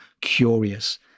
curious